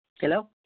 Hello